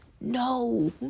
No